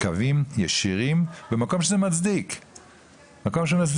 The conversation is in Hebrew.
קווים ישירים במקום שזה מצדיק כלכלית.